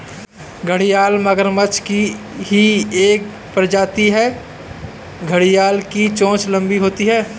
घड़ियाल मगरमच्छ की ही एक प्रजाति है घड़ियाल की चोंच लंबी होती है